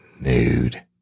nude